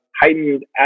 heightened